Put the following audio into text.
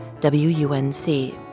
WUNC